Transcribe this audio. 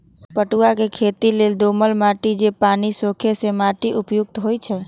पटूआ के खेती लेल दोमट माटि जे पानि सोखे से माटि उपयुक्त होइ छइ